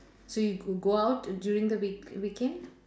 so you g~ go out during the week weekend